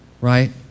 right